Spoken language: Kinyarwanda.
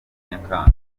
nyakanga